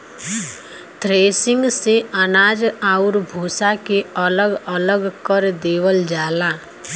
threshing से अनाज आउर भूसा के अलग अलग कर देवल जाला